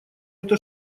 это